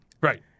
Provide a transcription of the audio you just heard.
Right